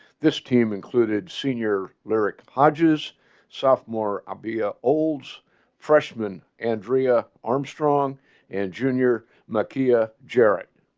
this team included senior cleric hodges sophomore i'll, be a olds freshman andrea armstrong and junior mickey ah gerrit